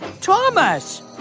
Thomas